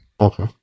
Okay